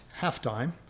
halftime